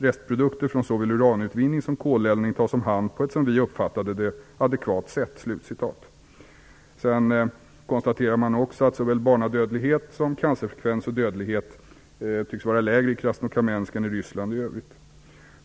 Restprodukter från såväl uranutvinning som koleldning tas om hand på ett, som vi uppfattade det, adekvat sätt." Man konstaterar vidare att såväl barnadödlighet som cancerfrekvens och cancerdödlighet tycks vara lägre i Krasnokamensk än i Ryssland i övrigt.